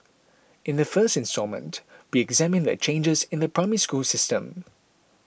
in the first instalment we examine the changes in the Primary School system